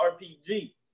RPG